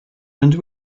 and